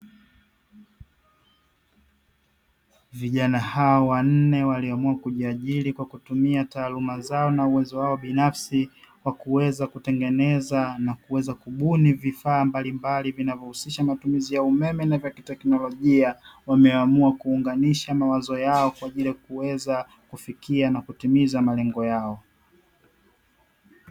Vijana hawa wanne waliamua kuajiri kwa kutumia taaluma zao na uwezo wao binafsi, wa kuweza kutengeneza na kuweza kubuni vifaa mbalimbali vinavyohusisha matumizi ya umeme na vya kiteknolojia; wameamua kuunganisha mawazo yao kwa ajili ya kuweza kufikia na kutimiza malengo yao.